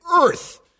Earth